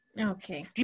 Okay